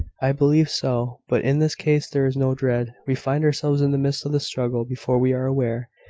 i believe so but in this case there is no dread. we find ourselves in the midst of the struggle before we are aware.